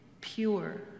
pure